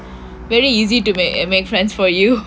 very easy to make and make friends for you